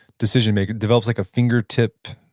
decision maker, develops like a fingertip?